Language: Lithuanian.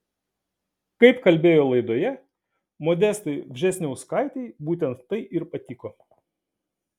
kaip kalbėjo laidoje modestai vžesniauskaitei būtent tai ir patiko